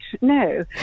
No